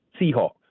Seahawks